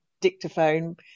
dictaphone